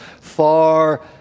far